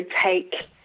take